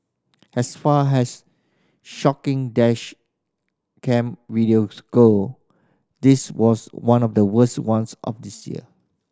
as far as shocking dash cam videos go this was one of the worst ones of this year